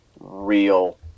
real